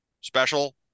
special